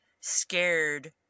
scared